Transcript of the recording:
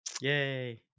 Yay